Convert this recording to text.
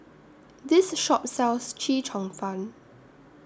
This Shop sells Chee Cheong Fun